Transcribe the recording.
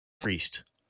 Priest